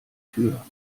tür